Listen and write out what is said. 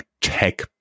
tech